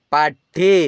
പട്ടി